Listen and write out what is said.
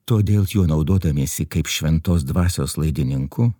todėl juo naudodamiesi kaip šventos dvasios laidininku